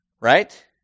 right